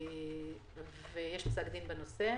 יש פסק דין בנושא.